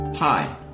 Hi